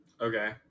Okay